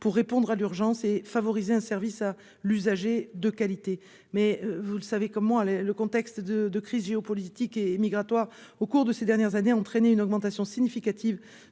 pour répondre à l'urgence et favoriser un service à l'usager de qualité mais vous le savez comme moi les, le contexte de, de crises géopolitiques et migratoires au cours de ces dernières années, entraîner une augmentation significative